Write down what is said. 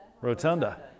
Rotunda